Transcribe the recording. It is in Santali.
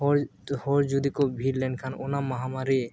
ᱦᱚᱲ ᱦᱚᱲ ᱡᱩᱫᱤ ᱠᱚ ᱵᱷᱤᱲ ᱞᱮᱱᱠᱷᱟᱱ ᱚᱱᱟ ᱢᱟᱦᱟᱢᱟᱨᱤ